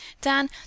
Dan